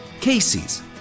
Casey's